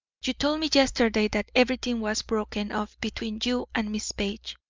you told me yesterday that everything was broken off between you and miss page.